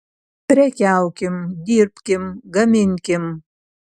prekiaukim dirbkim gaminkim